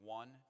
one